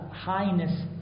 highness